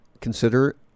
consider